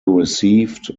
received